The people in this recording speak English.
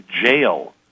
jail